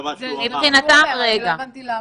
לא הבנתי למה.